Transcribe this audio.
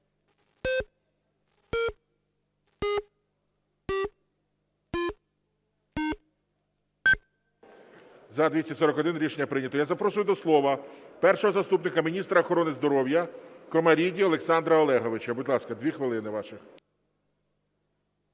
За-241 Рішення прийнято. Я запрошую до слова першого заступника міністра охорони здоров'я Комаріду Олександра Олеговича. Будь ласка, 2 хвилини ваших.